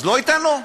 אז לא ייתן לו?